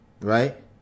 Right